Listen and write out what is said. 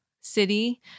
city